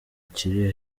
kiri